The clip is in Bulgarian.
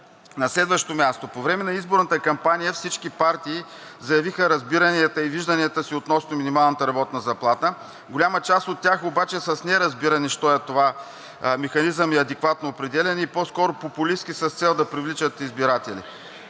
На следващо място, по време на изборната кампания всички партии заявиха разбиранията и вижданията си относно минималната работна заплата. Голяма част от тях обаче са с неразбиране що е това „механизъм и адекватно управление“ и по-скоро са популистки с цел да привличат избиратели.